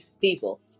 people